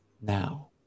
now